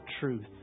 truth